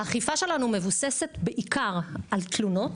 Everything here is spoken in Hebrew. האכיפה שלנו מבוססת בעיקר על תלונות,